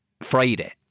Friday